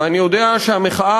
ואני יודע שהמחאה